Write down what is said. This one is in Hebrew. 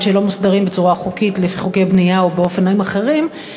שלא מוסדרים בצורה חוקית לפי חוקי בנייה או באופנים אחרים,